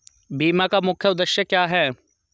बीमा का मुख्य उद्देश्य क्या है?